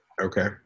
Okay